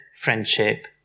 friendship